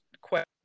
question